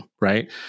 right